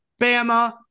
Bama